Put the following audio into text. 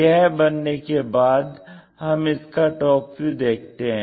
यह बनने के बाद हम इसका टॉप व्यू देखते हैं